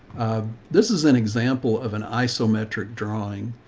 ah, this is an example of an isometric drawing,